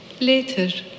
later